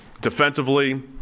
defensively